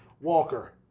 Walker